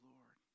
Lord